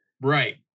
Right